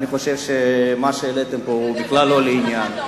אני חושב שמה שהעליתם פה הוא בכלל לא לעניין.